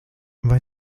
vai